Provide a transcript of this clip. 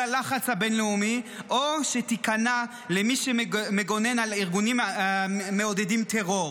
הלחץ הבין-לאומי או שתיכנע למי שמגונן על הארגונים המעודדים טרור.